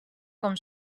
com